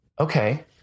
Okay